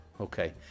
Okay